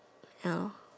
ya